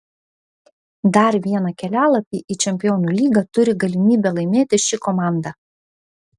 dar vieną kelialapį į čempionų lygą turi galimybę laimėti ši komanda